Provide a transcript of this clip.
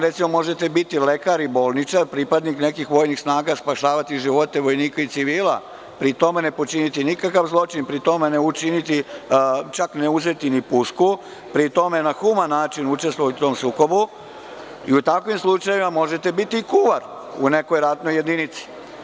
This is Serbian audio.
Recimo, možete biti lekar i bolničar, pripadnik nekih vojnih snaga, spašavati živote vojnika i civila, pri tome ne počiniti nikakav zločin, pri tome čak ne uzeti ni pušku, pri tome na human način učestvovati u tom sukobu i u takvim slučajevima možete biti kuvar u nekoj ratnoj jedinici.